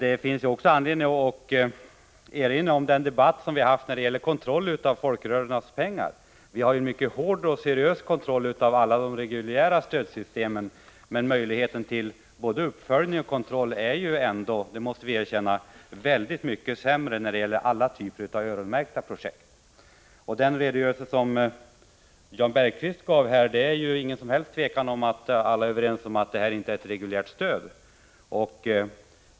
Det finns också anledning erinra om den debatt som förts om kontrollen av folkrörelsernas pengar. Vi har ju en mycket hård och seriös kontroll av alla de reguljära stödsystemen, medan möjligheterna till både uppföljning och kontroll — det måste vi erkänna — är mycket sämre när det gäller alla typer av öronmärkta projekt. När det gäller den redogörelse som Jan Bergqvist gav här vill jag säga att det inte råder någon som helst tvekan om att medel från fredslotteriet inte är ett reguljärt stöd.